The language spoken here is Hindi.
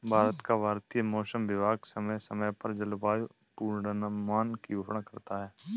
भारत का भारतीय मौसम विभाग समय समय पर जलवायु पूर्वानुमान की घोषणा करता है